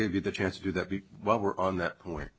give you the chance to do that while we're on that point